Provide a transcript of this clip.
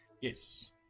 Yes